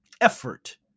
effort